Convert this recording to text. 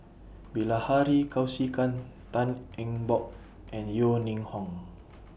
Bilahari Kausikan Tan Eng Bock and Yeo Ning Hong